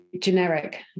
generic